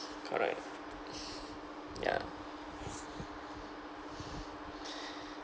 correct ya